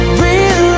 real